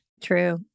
True